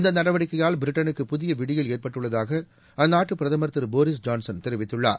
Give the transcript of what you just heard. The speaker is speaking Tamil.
இந்த நடவடிக்கையால் பிரிட்டனுக்கு புதிய விடியல் ஏற்பட்டுள்ளதாக அந்நாட்டு பிரதமர் திரு போரிஸ் ஜான்சன் தெரிவித்துள்ளார்